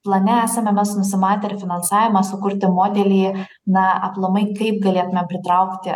plane esame mes nusimatę ir finansavimą sukurti modelį na aplamai kaip galėtumėm pritraukti